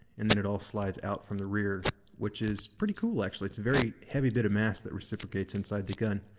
and then it all slides out from the rear which is pretty cool actually. it's a very heavy bit of mass that reciprocates inside the gun.